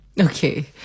Okay